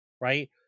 right